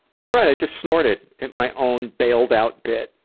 that's right i just snorted at my own bailed-out bit.